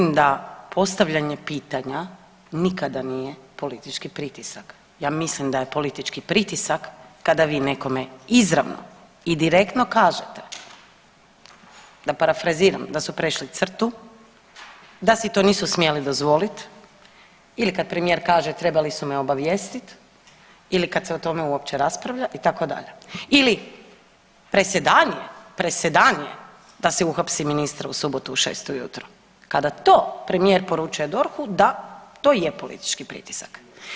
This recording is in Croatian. Mislim da postavljanje pitanja nikada nije politički pritisak, ja mislim da je politički pritisak kada vi nekome izravno i direktno kažete da parafraziram, da su prešli crtu, da si to nisu smjeli dozvolit ili kad premijer kaže trebali su me obavijestit, ili kada se o tome uopće raspravlja itd. ili presedan je, presedan je da se uhapsi ministra u subotu u šest ujutro, kada to premije poručuje DORH-u da, to je politički pritisak.